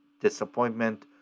disappointment